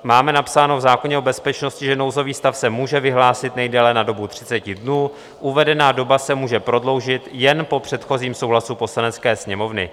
Máme napsáno v zákoně o bezpečnosti, že nouzový stav se může vyhlásit nejdéle na dobu 30 dnů, uvedená doba se může prodloužit jen po předchozím souhlasu Poslanecké sněmovny.